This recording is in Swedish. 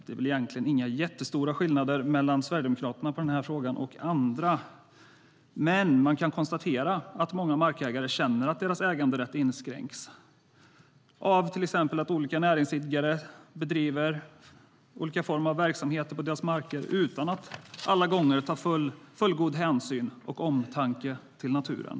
Det är väl egentligen inte några jättestora skillnader mellan Sverigedemokraterna och andra i den här frågan. Man kan konstatera att många markägare känner att deras äganderätt inskränks till exempel av att näringsidkare bedriver olika former av verksamhet på deras marker utan att alla gånger ha omtanke om och ta fullgod hänsyn till naturen.